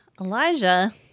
Elijah